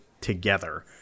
together